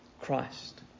Christ